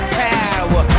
power